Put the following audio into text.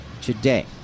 today